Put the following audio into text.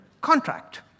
contract